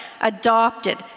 adopted